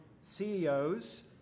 CEOs